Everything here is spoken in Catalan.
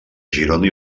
girona